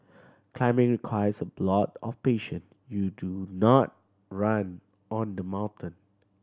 climbing requires a lot of patience you do not run on the mountain